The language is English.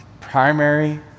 primary